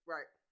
Right